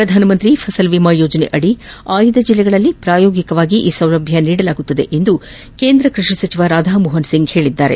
ಪ್ರಧಾನ ಮಂತ್ರಿ ಫಸಲ್ ಬಿಮಾ ಯೋಜನೆಯಡಿ ಆಯ್ದ ಜಿಲ್ಲೆಗಳಲ್ಲಿ ಪ್ರಾಯೋಗಿಕವಾಗಿ ಈ ಸೌಲಭ್ಯ ನೀಡಲಾಗುವುದು ಎಂದು ಕೇಂದ್ರ ಕೃಷಿ ಸಚಿವ ರಾಧಾಮೋಹನ್ ಸಿಂಗ್ ಹೇಳಿದ್ದಾರೆ